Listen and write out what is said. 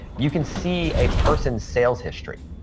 you can see a person's sales history.